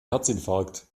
herzinfarkt